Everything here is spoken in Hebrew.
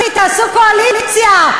תעשו קואליציה,